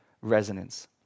resonance